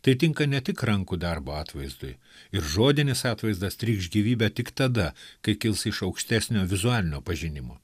tai tinka ne tik rankų darbo atvaizdui ir žodinis atvaizdas trykš gyvybe tik tada kai kils iš aukštesnio vizualinio pažinimo